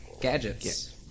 gadgets